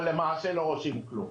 אבל למעשה הם לא עושים כלום.